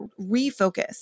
refocus